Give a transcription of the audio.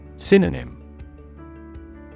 Synonym